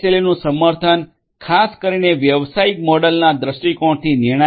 નું સમર્થન ખાસ કરીને વ્યવસાયિક મોડેલના દૃષ્ટિકોણથી નિર્ણાયક છે